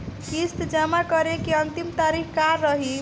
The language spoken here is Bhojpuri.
किस्त जमा करे के अंतिम तारीख का रही?